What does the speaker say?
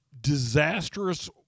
disastrous